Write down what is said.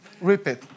Repeat